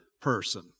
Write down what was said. person